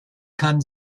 kann